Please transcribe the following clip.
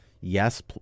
yes